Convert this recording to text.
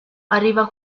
arriva